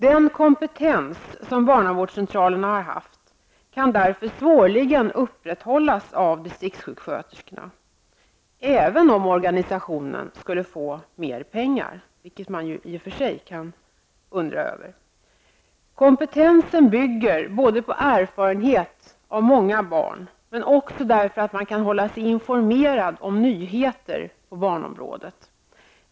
Den kompetens som barnavårdscentralerna har haft kan därför svårligen upprätthållas av distriktssjuksköterskorna, även om organisationen tillförs mer resurser, vilket man ju i och för sig kan tvivla på. Kompetensen bygger på erfarenhet av många barn, men också på att man kan hålla sig informerad om nyheter på barnområdet.